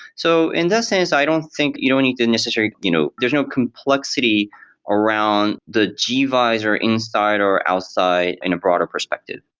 so, in that sense, i don't think you don't need to necessarily you know there's no complexity around the gvisor inside or outside in a broader perspective.